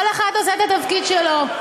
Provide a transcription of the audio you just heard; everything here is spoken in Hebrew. כל אחד עושה את התפקיד שלו.